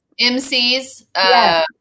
MCs